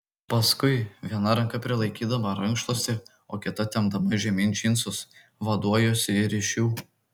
paskui viena ranka prilaikydama rankšluostį o kita tempdama žemyn džinsus vaduojuosi ir iš jų